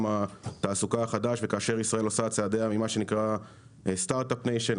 התעסוקה החדש וכאשר ישראל עושה צעדיה ממה שנקרא סטארט-אפ ניישן,